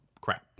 crap